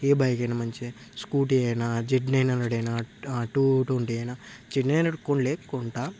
ఏ bike అయినా మంచిదే Scooty అయినా జెడ్ నైన్ హండ్రెడ్ అయినా టూ ట్వంటీ అయినా జెడ్ నైన్ హండ్రెడ్ కొనలే కొంటా